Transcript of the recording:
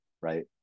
right